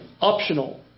optional